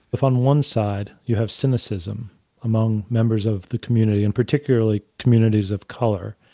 if on one side, you have cynicism among members of the community, and particularly communities of color,